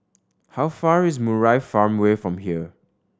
how far is Murai Farmway from here